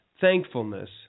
thankfulness